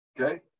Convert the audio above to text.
okay